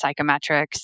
psychometrics